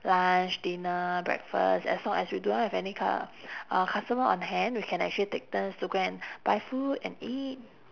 lunch dinner breakfast as long as we do not have any cu~ uh customer on hand we can actually take turns to go and buy food and eat